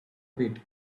pit